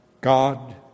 God